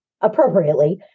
appropriately